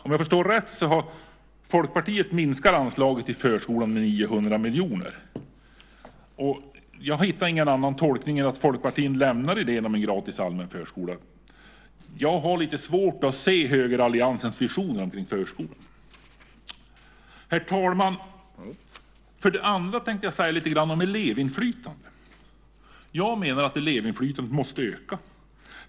Om jag förstår rätt minskar Folkpartiet anslaget till förskolan med 900 miljoner. Och jag hittar ingen annan tolkning än att Folkpartiet lämnar idén om en gratis allmän förskola. Jag har lite svårt att se högeralliansens visioner omkring förskolan. Herr talman! Sedan tänkte jag säga lite grann om elevinflytande. Jag menar att elevinflytandet måste öka.